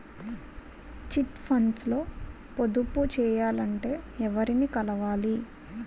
Chit funds లో పొదుపు చేయాలంటే ఎవరిని కలవాలి?